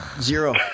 zero